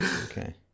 Okay